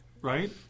right